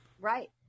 Right